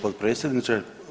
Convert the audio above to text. potpredsjedniče.